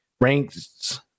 ranks